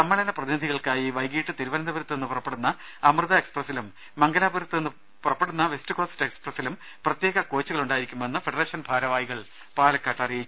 സമ്മേളന പ്രതിനിധികൾക്കായി വൈകീട്ട് തിരുവനന്തപുരത്ത് നിന്ന് പുറപ്പെടുന്ന അമൃത എക്സ്പ്രസിലും മംഗലാപുരത്ത് നിന്ന് പുറപ്പെടുന്ന വെസ്റ്റ്കോസ്റ്റ് എക്സ്പ്രസിലും പ്രത്യേക കോച്ചുകൾ ഉണ്ടായിരിക്കുമെന്ന് ഫെഡറേഷൻ ഭാരവാഹികൾ പാലക്കാട്ട് അറിയിച്ചു